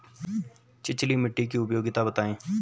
छिछली मिट्टी की उपयोगिता बतायें?